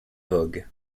vogue